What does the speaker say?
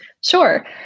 Sure